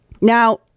now